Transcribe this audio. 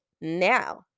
now